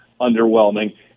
underwhelming